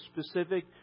specific